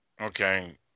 okay